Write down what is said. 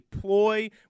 ploy